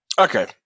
Okay